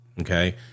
Okay